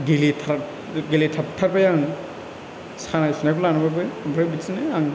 गेलथाब गेलथाबथारबाय आं सानाय सुनायखौ लानानैबाबो ओमफ्राय बिदिनो आं